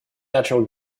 natural